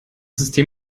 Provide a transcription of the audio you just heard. system